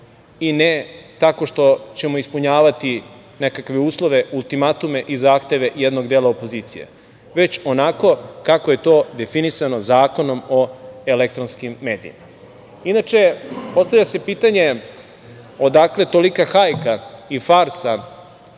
i ne tako što ćemo ispunjavati nekakve uslove, ultimatume i zahteve jednog dela opozicije, već onako kako je to definisano Zakonom o elektronskim medijima. Inače, postavlja se pitanje – odakle tolika hajka i farsa